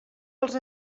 els